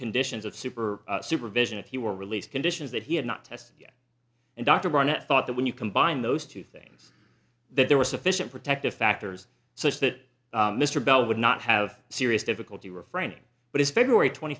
conditions of super supervision if he were released conditions that he had not tested and dr barnett thought that when you combine those two things that there were sufficient protective factors such that mr bell would not have serious difficulty refraining but his february twenty